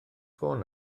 ffôn